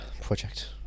project